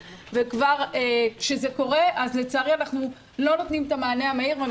וכבר כשזה קורה אז לצערי אנחנו לא נותנים את המענה המהיר ואני